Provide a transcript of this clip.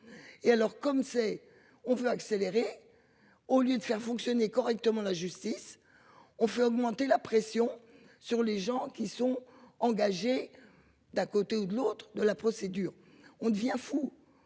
Et alors comme c'est, on veut accélérer. Au lieu de faire fonctionner correctement la justice. Ont fait augmenter la pression sur les gens qui sont engagés. D'un côté ou de l'autre de la procédure. On devient fou.